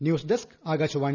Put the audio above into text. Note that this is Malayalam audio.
news desk Akashvani